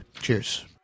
Cheers